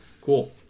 Cool